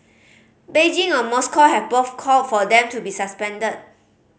Beijing or Moscow have both called for them to be suspended